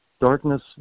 darkness